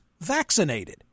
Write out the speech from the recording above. vaccinated